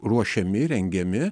ruošiami rengiami